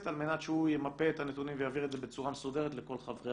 על מנת שהוא ימפה את הנתונים ויעביר את זה בצורה מסודרת לכל חברי הוועדה.